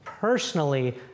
personally